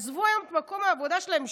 עזבו היום את מקום העבודה שלהם,